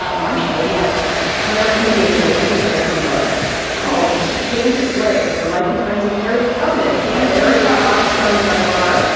ah marcia, what do you have for us? my recommendation is a history book called. she came to slay the life and times of harriet tubman. niharika armstrong dunbar,